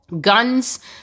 guns